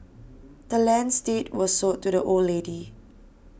the land's deed was sold to the old lady